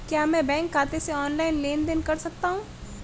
क्या मैं बैंक खाते से ऑनलाइन लेनदेन कर सकता हूं?